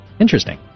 Interesting